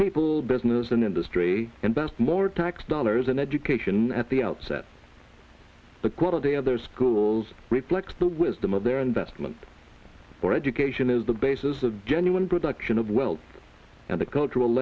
people business in industry invest more tax dollars in education at the outset the quality of their schools reflects the wisdom of their investment or education is the basis of genuine production of wealth and the cultural